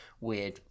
weird